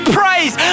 praise